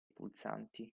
pulsanti